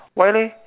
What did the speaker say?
why leh